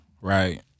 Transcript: right